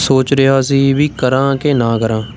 ਸੋਚ ਰਿਹਾ ਸੀ ਵੀ ਕਰਾਂ ਕਿ ਨਾ ਕਰਾਂ